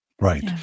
Right